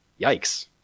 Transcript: Yikes